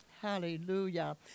Hallelujah